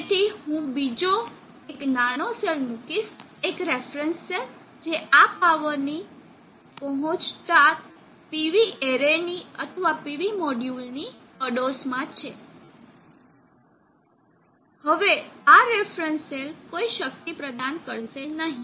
તેથી હું બીજો એક નાનો સેલ મૂકીશ એક રેફરન્સ સેલ જે આ પાવરની પહોચાડતા PV એરે ની અથવા પીવી મોડ્યુલ ની પડોશમાં છે હવે આ રેફરન્સ સેલ કોઈ શક્તિ પ્રદાન કરશે નહીં